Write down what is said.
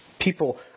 People